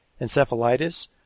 encephalitis